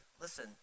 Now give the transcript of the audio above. listen